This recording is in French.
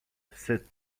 sept